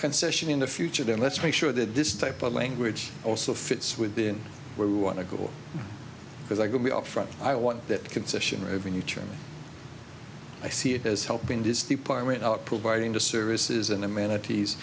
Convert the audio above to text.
concession in the future then let's make sure that this type of language also fits within where we want to go because i could be up front i want that concession revenue to me i see it as helping this department out providing the services and amenities